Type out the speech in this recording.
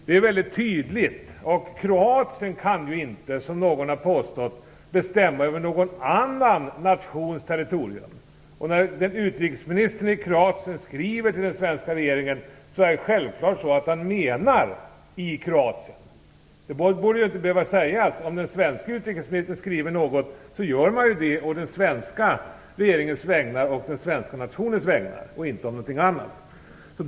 Det är väldigt tydligt. Kroatien kan ju inte, som någon har påstått, bestämma över någon annan nations territorium. När utrikesministern i Kroatien skriver till den svenska regeringen menar han självfallet Kroatien. Det borde inte behöva sägas. Om den svenska utrikesministern skriver något görs det å den svenska regeringens och den svenska nationens vägnar - inte någonting annat.